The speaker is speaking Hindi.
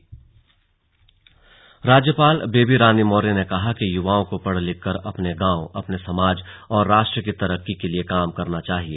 स्लग राज्पयाल राज्यपाल बेबी रानी मौर्य ने कहा कि युवाओं को पढ़ लिखकर अपने गांव अपने समाज और राष्ट्र की तरक्की के लिए काम करना चाहिए